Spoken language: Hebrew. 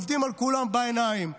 עובדים על כולם בעיניים.